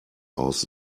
aus